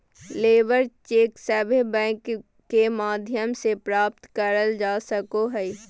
labour cheque सभे bank के माध्यम से प्राप्त करल जा सको हय